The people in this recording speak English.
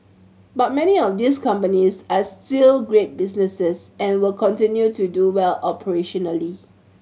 but many of these companies are still great businesses and will continue to do well operationally